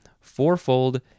Fourfold